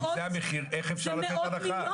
אם זה המחיר איך אפשר לתת הנחה?